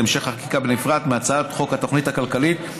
להמשך חקיקה בנפרד מהצעת חוק התוכנית הכלכלית,